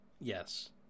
Yes